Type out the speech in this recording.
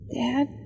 Dad